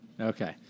Okay